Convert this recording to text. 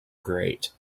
great